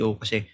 kasi